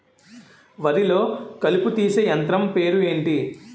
వరి లొ కలుపు తీసే యంత్రం పేరు ఎంటి?